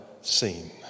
seen